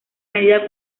medida